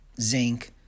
zinc